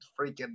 freaking